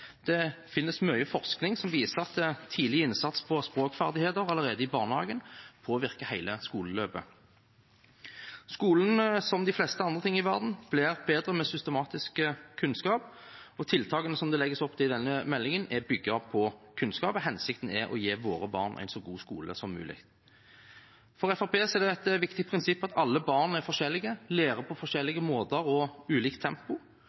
Det finnes mye forskning som viser at tidlig innsats for språkferdigheter allerede i barnehagen påvirker hele skoleløpet. Skolen, som de fleste andre ting i verden, blir bedre med systematisk kunnskap. Tiltakene som det legges opp til i denne meldingen, er bygd på kunnskap, og hensikten er å gi våre barn en så god skole som mulig. For Fremskrittspartiet er det et viktig prinsipp at alle barn er forskjellige, at de lærer på forskjellige måter og i ulikt tempo,